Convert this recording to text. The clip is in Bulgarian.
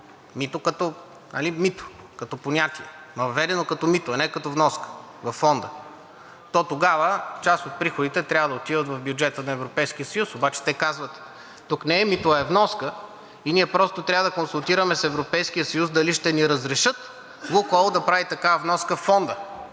мито като понятие, въведено като мито, а не като вноска във Фонда, то тогава част от приходите трябва да отидат в бюджета на Европейския съюз. Обаче те казват, че тук не е мито, а е вноска, и ние просто трябва да се консултираме с Европейския съюз дали ще ни разрешат „Лукойл“ да прави такава вноска във Фонда.